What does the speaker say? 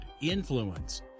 influence